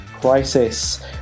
crisis